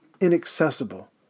inaccessible